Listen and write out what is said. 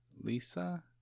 Lisa